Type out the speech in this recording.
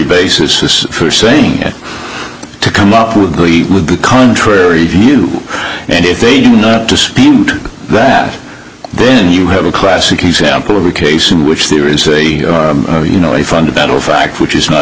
basis for saying it to come up with glee with a contrary view and if they do dispute that then you have a classic example of a case in which there is a you know a fundamental fact which is not